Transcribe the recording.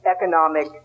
economic